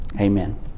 Amen